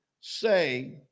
say